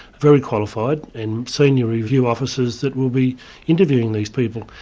very qualified and senior review officers that will be interviewing these people.